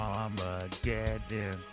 Armageddon